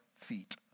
feet